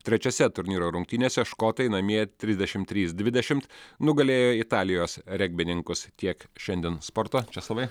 trečiose turnyro rungtynėse škotai namie trisdešimt trys dvidešimt nugalėjo italijos regbininkus tiek šiandien sporto česlovai